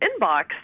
inbox